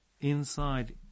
inside